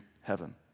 heaven